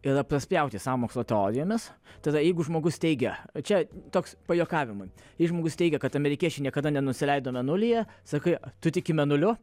yra praspjauti sąmokslo teorijomis tada jeigu žmogus teigia čia toks pajuokavimui jei žmogus teigia kad amerikiečiai niekada nenusileido mėnulyje sakai tu tiki mėnuliu